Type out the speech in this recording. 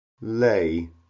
lay